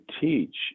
teach –